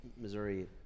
Missouri